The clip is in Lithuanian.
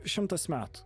šimtas metų